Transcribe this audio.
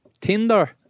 Tinder